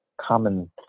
common